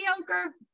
mediocre